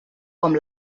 com